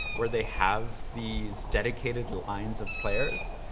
where they have these dedicated lines of players.